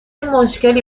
مشکلی